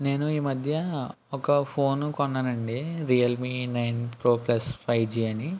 నేను ఈమధ్య ఒక ఫోను కొన్నాను అండీ Realme nine pro plus five G అని